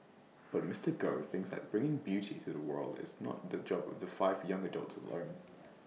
but Mister Goh thinks that bringing beauty to the world is not the job of the five young adults alone